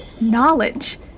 knowledge